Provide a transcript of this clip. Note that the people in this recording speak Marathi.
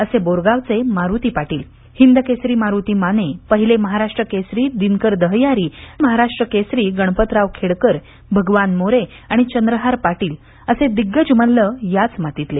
असे बोरगावचे मारुती पाटील हिंदकेसरी मारुती माने पहिले महाराष्ट्र केसरी दिनकर दहयारी डब्बल महाराष्ट्र केसरी गणपतराव खेडकरभगवान मोरे आणि चंद्रहार पाटील असे दिग्गज मल्ल याच मातीतले